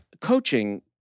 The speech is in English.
Coaching